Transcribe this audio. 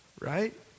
Right